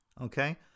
okay